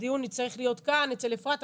הדיון יצטרך להיות כאן, אצל אפרת.